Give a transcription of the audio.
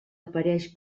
apareix